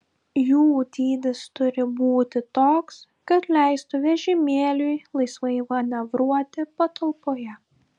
jų dydis turi būti toks kad leistų vežimėliui laisvai manevruoti patalpoje